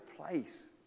place